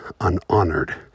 unhonored